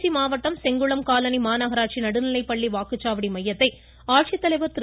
திருச்சி மாவட்டம் செங்குளம் காலனி மாநகராட்சி நடுநிலைப்பள்ளி வாக்குச்சாவடி மையத்தை ஆட்சித்தலைவர் திரு